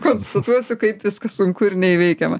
konstatuosiu kaip viskas sunku ir neįveikiama